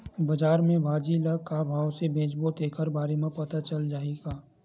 बजार में भाजी ल का भाव से बेचबो तेखर बारे में पता चल पाही का?